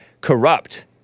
corrupt